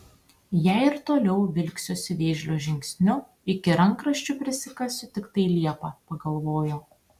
jei ir toliau vilksiuosi vėžlio žingsniu iki rankraščių prisikasiu tiktai liepą pagalvojo